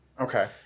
okay